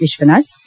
Vishwanath K